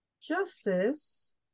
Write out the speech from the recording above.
justice